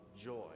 joy